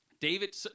David